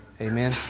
Amen